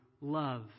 love